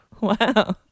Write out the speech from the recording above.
Wow